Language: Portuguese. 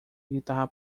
guitarra